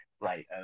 right